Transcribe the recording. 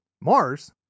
Mars